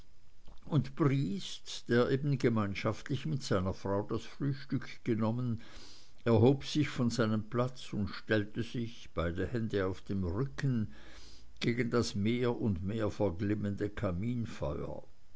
und briest der eben gemeinschaftlich mit seiner frau das frühstück genommen erhob sich von seinem platz und stellte sich beide hände auf dem rücken gegen das mehr und mehr verglimmende kaminfeuer